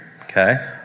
Okay